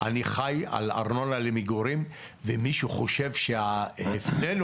אני חי על ארנונה למגורים ומי שחושב שהפלנו